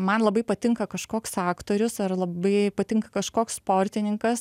man labai patinka kažkoks aktorius ar labai patinka kažkoks sportininkas